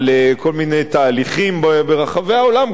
על כל מיני תהליכים ברחבי העולם,